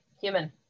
Human